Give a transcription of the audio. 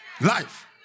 Life